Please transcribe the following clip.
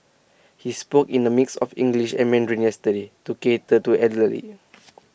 he spoke in A mix of English and Mandarin yesterday to cater to elderly